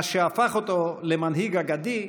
מה שהפך אותו למנהיג אגדי,